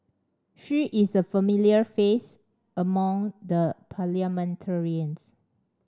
she is a familiar face among the parliamentarians